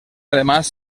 además